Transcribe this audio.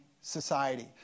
society